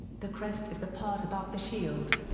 the crest is the part above the shield.